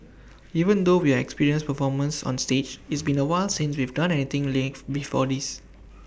even though we are experienced performers on stage it's been A while since we've done anything live before this